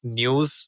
news